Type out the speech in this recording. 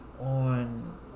on